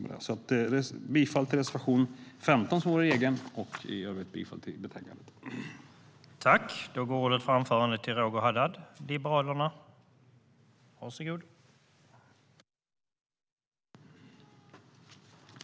Jag yrkar bifall till vår reservation 15 och till förslaget i betänkandet i övrigt.